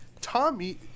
Tommy